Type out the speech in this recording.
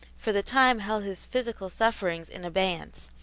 for the time held his physical sufferings in abeyance.